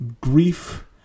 grief